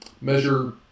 measure